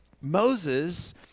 Moses